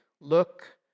look